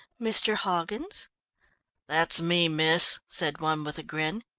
mr. hoggins that's me, miss, said one, with a grin.